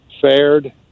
fared